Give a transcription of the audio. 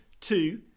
two